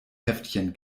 heftchen